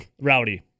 rowdy